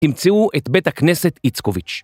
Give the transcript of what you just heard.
‫המציאו את בית הכנסת איצקוביץ'.